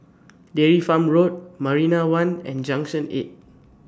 Dairy Farm Road Marina one and Junction eight